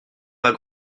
pas